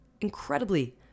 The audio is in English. incredibly